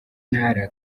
ntara